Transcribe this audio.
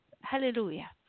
Hallelujah